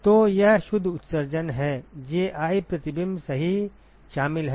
तो यह शुद्ध उत्सर्जन है Ji प्रतिबिंब सही शामिल है